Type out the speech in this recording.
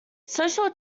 social